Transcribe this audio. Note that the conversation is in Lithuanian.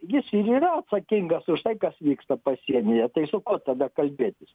jis ir yra atsakingas už tai kas vyksta pasienyje tai su kuo tada kalbėtis